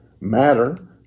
matter